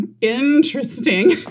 interesting